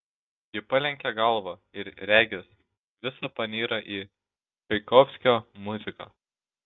ji palenkia galvą ir regis visa panyra į čaikovskio muziką